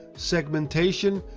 segmentation,